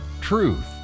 Truth